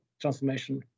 transformation